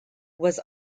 was